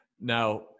Now